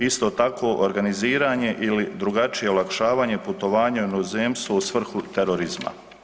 Isto tako, organiziranje ili drugačije olakšavanje putovanja u inozemstvo u svrhu terorizma.